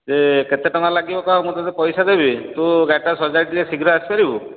ଯେ କେତେ ଟଙ୍କା ଲାଗିବ କୁହ ମୁଁ ତୋତେ ପଇସା ଦେବି ତୁ ଗାଡ଼ିଟା ସଜାଡ଼ିକି ଟିକିଏ ଶୀଘ୍ର ଆସିପାରିବୁ